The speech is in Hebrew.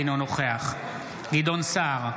אינו נוכח גדעון סער,